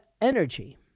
energy